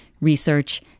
research